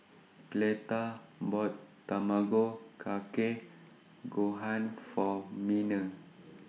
Cleta bought Tamago Kake Gohan For Miner